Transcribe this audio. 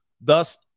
Thus